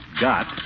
Got